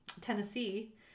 Tennessee